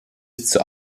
zur